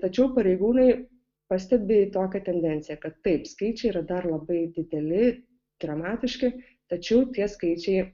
tačiau pareigūnai pastebi tokią tendenciją kad taip skaičiai yra dar labai dideli dramatiški tačiau tie skaičiai